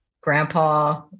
grandpa